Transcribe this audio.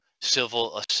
civil